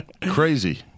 crazy